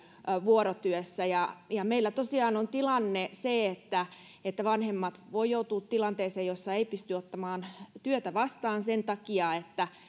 vuorotyössä meillä tosiaan on tilanne se että että vanhemmat voivat joutua tilanteeseen jossa ei pysty ottamaan työtä vastaan sen takia että